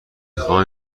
خواهم